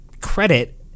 credit